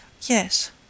Yes